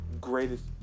greatest